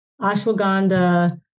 ashwagandha